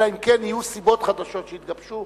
אלא אם כן יהיו סיבות חדשות שיתגבשו,